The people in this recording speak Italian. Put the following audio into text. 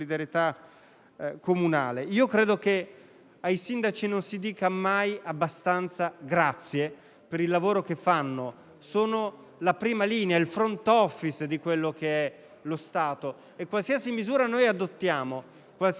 Credo che ai sindaci non si dica mai abbastanza grazie per il lavoro svolto: sono la prima linea, il *front office* dello Stato e qualsiasi misura noi adottiamo, qualsiasi